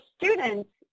students